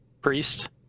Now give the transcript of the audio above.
priest